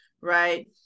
Right